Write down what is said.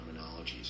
terminologies